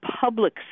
public